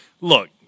look